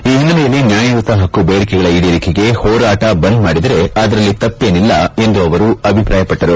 ಈ ಹಿನ್ನೆಲೆಯಲ್ಲಿ ನ್ಯಾಯಯುತ ಹಕ್ಕು ಬೇಡಿಕೆಗಳ ಈಡೇರಿಕೆ ಹೋರಾಟ ಬಂದ್ ಮಾಡಿದರೆ ಅದರಲ್ಲಿ ತಪ್ಪೇನಿಲ್ಲ ಎಂದು ತಿಳಿಸಿದರು